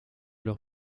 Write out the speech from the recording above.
leur